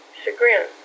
chagrin